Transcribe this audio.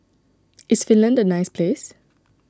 is Finland a nice place